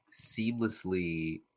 seamlessly